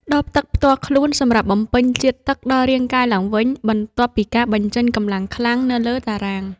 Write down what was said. ដបទឹកផ្ទាល់ខ្លួនសម្រាប់បំពេញជាតិទឹកដល់រាងកាយឡើងវិញ បន្ទាប់ពីការបញ្ចេញកម្លាំងខ្លាំងនៅលើតារាង។